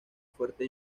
fuerte